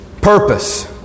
purpose